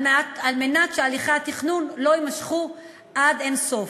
על מנת שהליכי התכנון לא יימשכו עד אין-סוף.